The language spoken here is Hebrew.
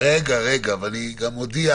מודיע